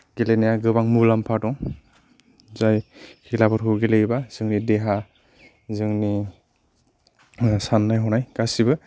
गेलेनाया गोबां मुलाम्फा दं जाय खेलाफोरखौ गेलेयोबा जोंनि देहा जोंनि सान्नाय हनाय गासिबो